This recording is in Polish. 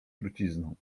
trucizną